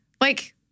Like-